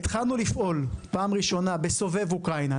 פעם ראשונה התחלנו לפעול בסובב אוקראינה.